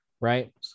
right